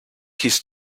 his